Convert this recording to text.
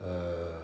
err